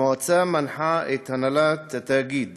המועצה מנחה את הנהלת התאגיד